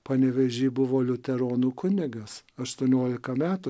panevėžy buvo liuteronų kunigas aštuoniolika metų